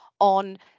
on